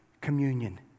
communion